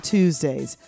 Tuesdays